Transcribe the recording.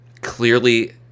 clearly